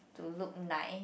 to look nice